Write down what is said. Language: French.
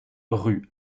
rue